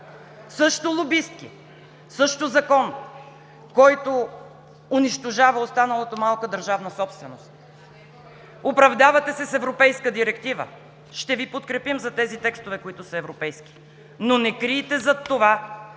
също лобистки, също Закон, който унищожава останалата малка държавна собственост. Оправдавате се с европейска директива. Ще Ви подкрепим за тези текстове, които са европейски, но не крийте зад това